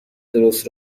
درست